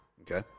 Okay